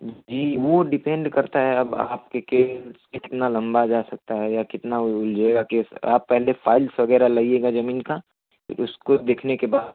जी वह डेपेन्ड करता है अब आपका केस कितना लंबा जा सकता है या कितना उलझेगा केस आप पहले फाइल्स वग़ैरह लाइएगा ज़मीन की फिर उसको देखने के बाद